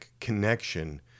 connection